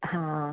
ಹಾಂ